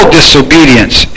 disobedience